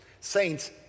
Saints